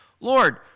Lord